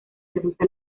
reduce